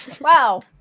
Wow